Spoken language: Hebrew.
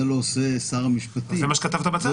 זה לא עושה שר המשפטים -- זה מה שכתבת בצו.